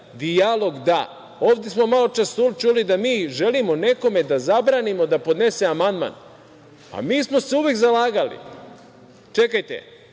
dijalog – da. Ovde smo maločas čuli da mi želimo nekome da zabranimo da podnese amandman, a mi smo se uvek zalagali… Čekajte,